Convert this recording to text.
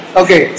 okay